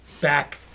back